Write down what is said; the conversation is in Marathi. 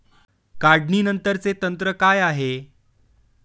काढणीनंतरचे तंत्र काय आहे?